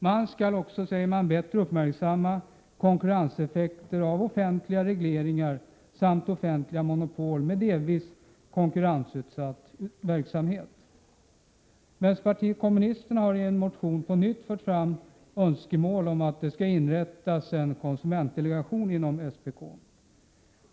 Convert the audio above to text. Man skall, säger man, bättre uppmärksamma konkurrenseffekterna av offentliga regleringar samt offentliga monopol med delvis konkurrensutsatt verksamhets Vänsterpartiet kommunisterna har i en motion på nytt fört fram önskemål om att det skall inrättas en konsumentdelegation inom SPK.